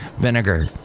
vinegar